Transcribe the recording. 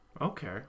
Okay